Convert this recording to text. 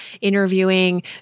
interviewing